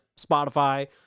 Spotify